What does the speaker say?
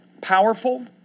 powerful